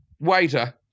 waiter